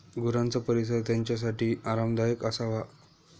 गुरांचा परिसर त्यांच्यासाठी आरामदायक असावा